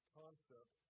concept